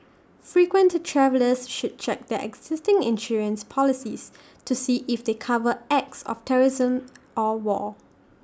frequent travellers should check their existing insurance policies to see if they cover acts of terrorism or war